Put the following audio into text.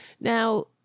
Now